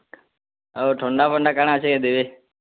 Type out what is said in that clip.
ଆଉ ଥଣ୍ଡା ଫଣ୍ଡା କାଣା ଅଛେ କେ ଦେବେ